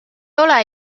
ole